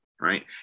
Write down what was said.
right